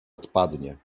odpadnie